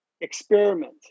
experiment